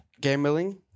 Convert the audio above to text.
gambling